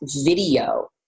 video